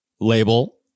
label